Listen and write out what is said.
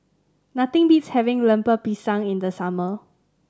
nothing beats having Lemper Pisang in the summer